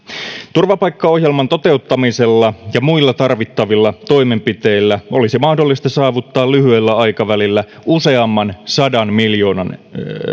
turvapaikkaohjelman toteuttamisella ja muilla tarvittavilla toimenpiteillä olisi mahdollista saavuttaa lyhyellä aikavälillä useamman sadan miljoonan